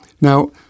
Now